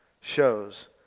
shows